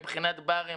מבחינת ברים.